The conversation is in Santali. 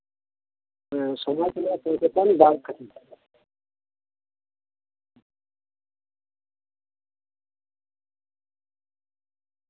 ᱥᱚᱢᱟᱡ ᱨᱮᱱᱟᱜ ᱫᱚ ᱵᱟᱝ ᱠᱟᱱᱟ